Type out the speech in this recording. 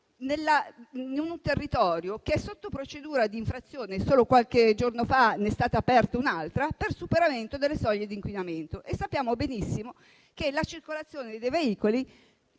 in un territorio che è sotto procedura di infrazione - solo qualche giorno fa ne è stata aperta un'altra - per superamento delle soglie di inquinamento. Sappiamo benissimo che la circolazione dei veicoli